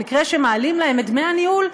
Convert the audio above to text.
במקרה שמעלים להם את דמי הניהול,